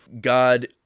God